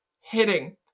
hitting